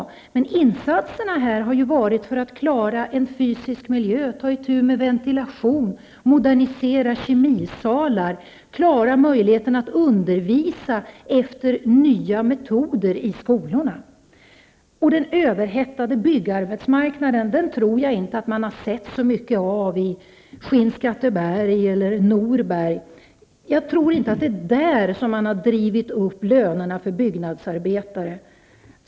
Stora insatser har gjorts för att klara den fysiska miljön t.ex. för att förbättra ventilationen, modernisera kemisalar och möjliggöra undervisning efter nya metoder. Den överhettade byggarbetsmarknaden tror jag inte att man har sett så mycket av i Skinnskatteberg eller Norberg. Jag tror inte att det är där som man har drivit upp lönerna för byggnadsarbetare.